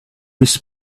this